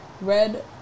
red